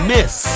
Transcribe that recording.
Miss